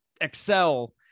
excel